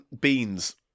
Beans